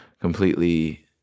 completely